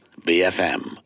BFM